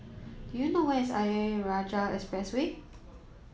do you know where is Ayer Rajah Expressway